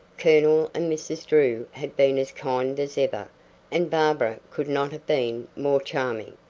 colonel and mrs. drew had been as kind as ever and barbara could not have been more charming.